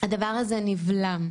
הדבר הזה נבלם.